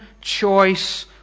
choice